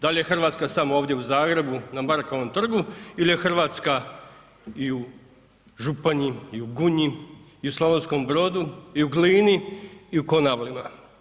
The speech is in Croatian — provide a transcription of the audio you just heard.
Da li je Hrvatska ovdje samo u Zagrebu na Markovom trgu ili je Hrvatska i u Županji i u Gunji i u Slavonskom Brodu i u Glini i u Konavlima?